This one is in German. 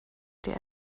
dir